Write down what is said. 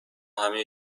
همه